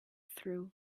through